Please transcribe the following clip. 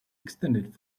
extended